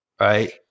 right